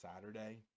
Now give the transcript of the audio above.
Saturday